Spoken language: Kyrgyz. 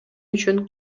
үчүн